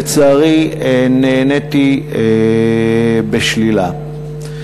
לצערי נעניתי בשלילה.